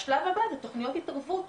השלב הבא זה תכניות התערבות,